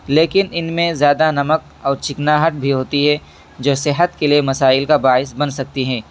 لیکن ان میں زیادہ نمک اور چکناہٹ بھی ہوتی ہے جو صحت کے لیے مسائل کا باعث بن سکتی ہے